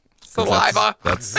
Saliva